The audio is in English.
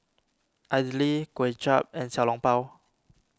Idly Kway Chap and Xiao Long Bao